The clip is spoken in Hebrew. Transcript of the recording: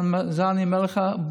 את זה אני אומר לכם,